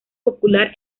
popular